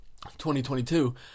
2022